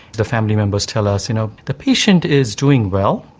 the family members tell us, you know, the patient is doing well,